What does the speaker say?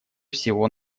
всего